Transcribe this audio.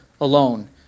alone